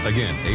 Again